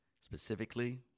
Specifically